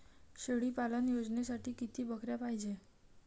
शेळी पालन योजनेसाठी किती बकऱ्या पायजे?